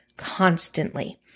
Constantly